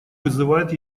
вызывает